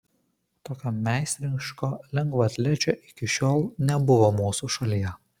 tokio meistriško lengvaatlečio iki tol nebuvo mūsų šalyje